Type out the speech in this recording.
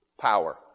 power